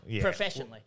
professionally